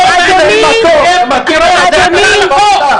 זה עבירה על החוק.